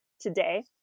Today